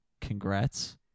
congrats